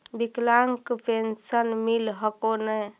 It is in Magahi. विकलांग पेन्शन मिल हको ने?